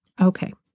Okay